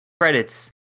credits